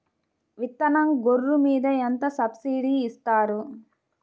విత్తనం గొర్రు మీద ఎంత సబ్సిడీ ఇస్తారు?